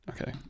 Okay